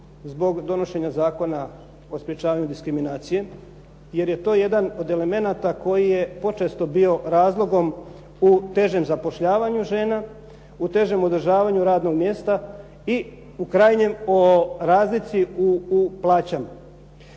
zbog donošenja Zakona o sprječavanju diskriminacije jer je to jedan od elemenata koji je počesto bio razlogom u težem zapošljavanju žena, u težem održavanju radnog mjesta i u krajnjem o razlici u plaćama.